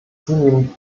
zunehmend